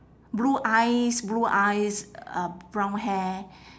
blue eyes blue eyes uh brown hair